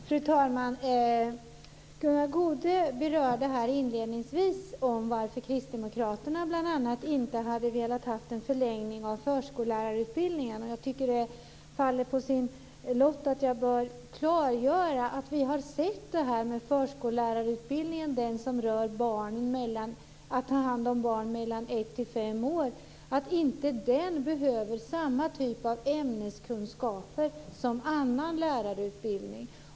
Fru talman! Gunnar Goude undrade inledningsvis varför kristdemokraterna bl.a. inte vill ha en förlängning av förskollärarutbildningen. Det kan då falla på min lott att klargöra att vi menar att man i utbildningen av förskolelärare, som ska ta hand om barn mellan 1 och 5 år, inte behöver samma typ av ämneskunskaper som i annan lärarutbildning.